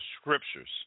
scriptures